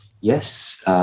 Yes